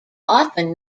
often